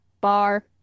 bar